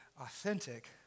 authentic